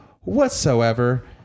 whatsoever